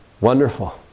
Wonderful